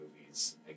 movies